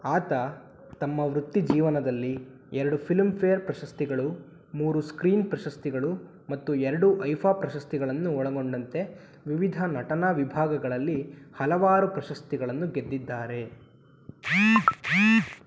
ಆತ ತಮ್ಮ ವೃತ್ತಿ ಜೀವನದಲ್ಲಿ ಎರಡು ಫಿಲ್ಮ್ ಫೇರ್ ಪ್ರಶಸ್ತಿಗಳು ಮೂರು ಸ್ಕ್ರೀನ್ ಪ್ರಶಸ್ತಿಗಳು ಮತ್ತು ಎರಡು ಐಫಾ ಪ್ರಶಸ್ತಿಗಳನ್ನು ಒಳಗೊಂಡಂತೆ ವಿವಿಧ ನಟನಾ ವಿಭಾಗಗಳಲ್ಲಿ ಹಲವಾರು ಪ್ರಶಸ್ತಿಗಳನ್ನು ಗೆದ್ದಿದ್ದಾರೆ